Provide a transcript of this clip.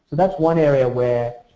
so, thatis one area where